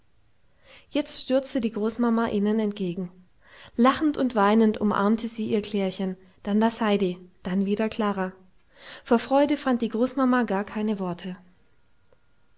jetzt stürzte die großmama ihnen entgegen lachend und weinend umarmte sie ihr klärchen dann das heidi dann wieder klara vor freude fand die großmama gar keine worte